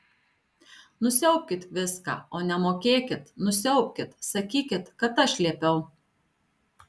nusiaubkit viską o nemokėkit nusiaubkit sakykit kad aš liepiau